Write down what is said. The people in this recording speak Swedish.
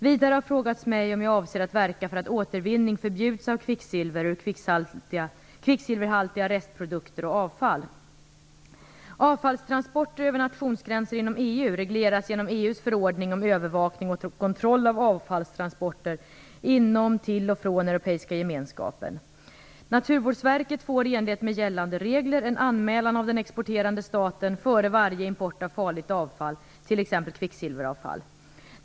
Vidare har det frågats mig om jag avser att verka för att återvinning av kvicksilver ur kvicksilverhaltiga restprodukter och ur avfall förbjuds. Naturvårdsverket får i enlighet med gällande regler en anmälan av den exporterande staten före varje import av farligt avfall, t.ex. kvicksilveravfall.